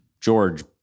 George